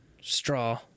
straw